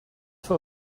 for